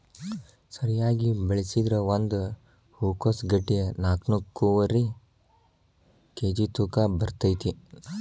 ಸರಿಯಾಗಿ ಬೆಳಸಿದ್ರ ಒಂದ ಹೂಕೋಸ್ ಗಡ್ಡಿ ನಾಕ್ನಾಕ್ಕುವರಿ ಕೇಜಿ ತೂಕ ಬರ್ತೈತಿ